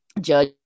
judge